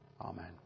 Amen